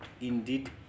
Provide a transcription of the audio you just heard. indeed